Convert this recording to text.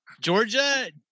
Georgia